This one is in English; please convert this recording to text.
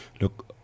look